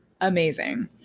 Amazing